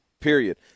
Period